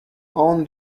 own